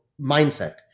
mindset